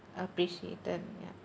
appreciated yup